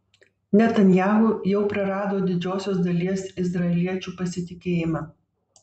netanyahu jau prarado didžiosios dalies izraeliečių pasitikėjimą